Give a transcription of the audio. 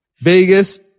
Vegas